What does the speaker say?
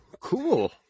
Cool